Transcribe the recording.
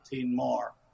more